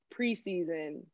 preseason